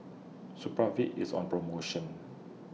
Supravit IS on promotion